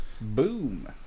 Boom